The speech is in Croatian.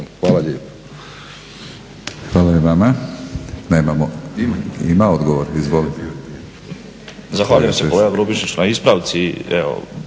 Hvala lijepo.